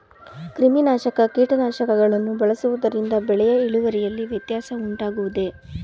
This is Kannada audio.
ಕ್ರಿಮಿನಾಶಕ ಕೀಟನಾಶಕಗಳನ್ನು ಬಳಸುವುದರಿಂದ ಬೆಳೆಯ ಇಳುವರಿಯಲ್ಲಿ ವ್ಯತ್ಯಾಸ ಉಂಟಾಗುವುದೇ?